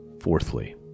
Fourthly